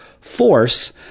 force